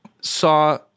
saw